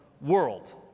world